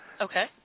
Okay